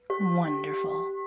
Wonderful